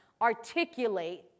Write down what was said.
articulate